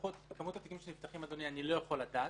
כמות התיקים שנפתחים, אדוני, אני לא יכול לדעת.